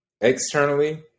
externally